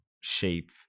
shape